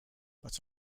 but